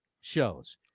shows